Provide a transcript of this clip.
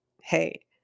hey